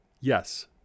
Yes